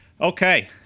Okay